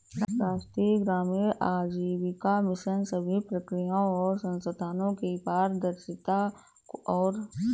राष्ट्रीय ग्रामीण आजीविका मिशन सभी प्रक्रियाओं और संस्थानों की पारदर्शिता और जवाबदेही होती है